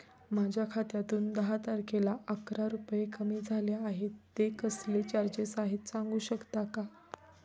माझ्या खात्यातून दहा तारखेला अकरा रुपये कमी झाले आहेत ते कसले चार्जेस आहेत सांगू शकता का?